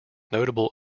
notable